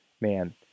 man